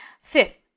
Fifth